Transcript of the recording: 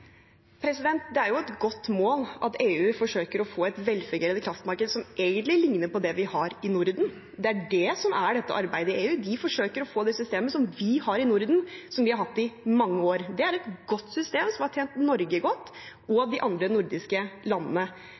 Det er et godt mål at EU forsøker å få et velfungerende kraftmarked, som egentlig ligner på det vi har i Norden. Det er det som er dette arbeidet i EU. De forsøker å få det systemet som vi har i Norden, som vi har hatt i mange år. Det er et godt system som har tjent Norge godt, og de andre nordiske landene.